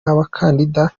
abakandida